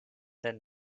denn